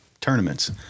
tournaments